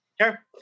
Sure